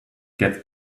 get